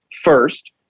First